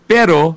Pero